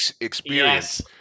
experience